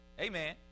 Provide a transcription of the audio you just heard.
Amen